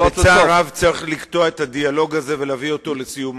בצער רב אני צריך לקטוע את הדיאלוג הזה ולהביא אותו לסיומו.